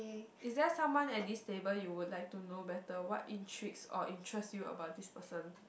is there someone at this table you would like to know better what intrigues or interest you about this person